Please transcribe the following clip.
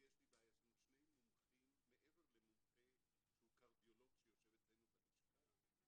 יש לנו שני מומחים מעבר למומחה שהוא קרדיולוג שיושב אצלנו בלשכה.